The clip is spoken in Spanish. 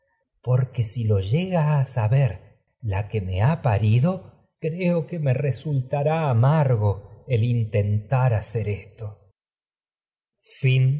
porque que me si lo llega a saber la el que me ha parido resultará no amargo intentar hacer esto